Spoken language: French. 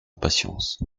patience